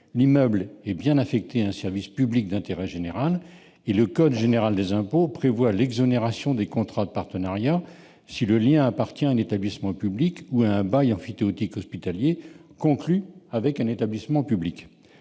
l'immeuble est bien affecté à un service public d'intérêt général et le code général des impôts prévoit l'exonération des contrats de partenariat si le bien appartient à un établissement public ou est mis à disposition dans le cadre d'un bail emphytéotique hospitalier conclu avec un établissement public.